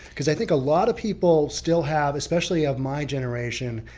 because i think a lot of people still have. especially of my generation,